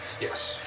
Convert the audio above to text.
Yes